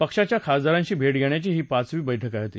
पक्षाच्या खासदारांशी भेट घेण्याची ही पाचवी बैठक होती